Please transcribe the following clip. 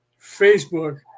Facebook